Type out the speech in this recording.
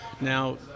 Now